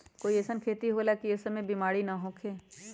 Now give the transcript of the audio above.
कोई अईसन खेती होला की वो में ई सब बीमारी न होखे?